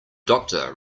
doctor